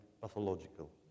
pathological